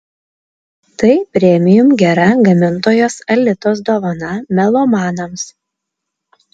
tai premium gera gamintojos alitos dovana melomanams